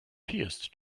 pierced